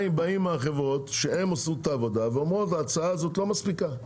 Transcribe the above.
באות החברות שעשו את העבודה ואומרות: ההצעה הזאת לא מספיקה.